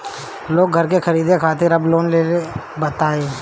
लोग घर खरीदे खातिर अब लोन लेले ताटे